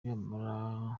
nibamara